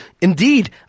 Indeed